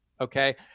okay